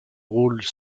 rôles